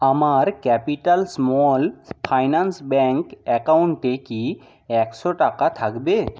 আমার capital small finance bank অ্যাকাউন্টে কি একশো টাকা থাকবে